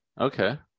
Okay